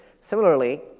Similarly